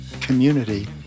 community